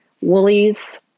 Woolies